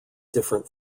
different